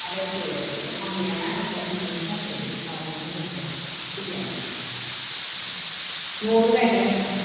दा बायदियाव अखा गैया ना अखा गैयैनि थाखाय माबायानो मोजां जाया फुलिआनो न'आवनो गायगोन नामा